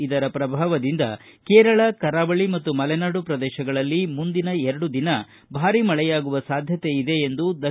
ಇದರ ಪ್ರಭಾವದಿಂದ ಕೇರಳ ಕರಾವಳಿ ಮತ್ತು ಮಲೆನಾಡು ಪ್ರದೇಶಗಳಲ್ಲಿ ಮುಂದಿನ ಎರಡು ದಿನ ಭಾರಿ ಮಳೆಯಾಗುವ ಸಾಧ್ಯತೆ ಇದೆ ಎಂದು ದ